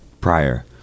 prior